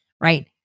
right